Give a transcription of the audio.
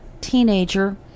teenager